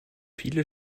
viele